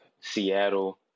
Seattle